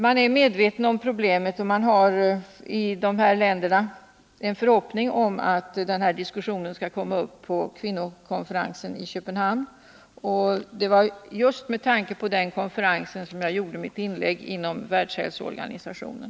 Man är alltså medveten om problemet, och man hyser i de här länderna en förhoppning om att den här diskussionen också kommer att föras vid kvinnokonferensen i Köpenhamn. Det var just med tanke på den konferensen som jag gjorde mitt inlägg i Världshälsoorganisationen.